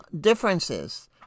Differences